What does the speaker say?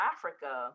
Africa